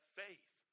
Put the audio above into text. faith